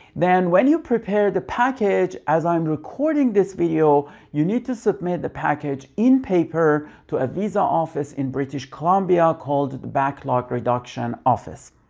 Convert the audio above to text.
then when you prepare the package as i'm recording this video you need to submit the package in paper to a visa office in british columbia called the backlog reduction office.